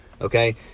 okay